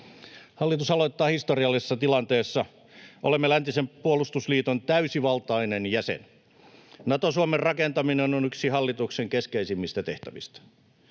Hallitus aloittaa historiallisessa tilanteessa: olemme läntisen puolustusliiton täysivaltainen jäsen. Nato-Suomen rakentaminen on yksi hallituksen keskeisimmistä tehtävistä.